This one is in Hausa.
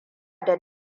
da